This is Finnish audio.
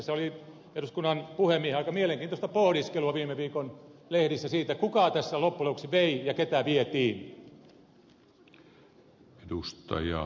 tässä oli eduskunnan puhemiehen aika mielenkiintoista pohdiskelua viime viikon lehdissä siitä kuka tässä loppujen lopuksi vei ja ketä vietiin